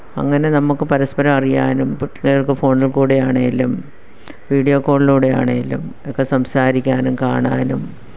അങ്ങനെ നമുക്ക് പരസ്പരം അറിയാനും കുട്ടികൾക്ക് ഫോണില്ക്കൂടെ ആണേലും വിഡിയോ കോളിലൂടെയാണേലും ഒക്കെ സംസാരിക്കാനും കാണാനും